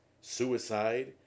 suicide